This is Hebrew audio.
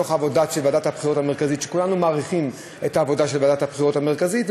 מתוך העבודה של ועדת הבחירות המרכזית,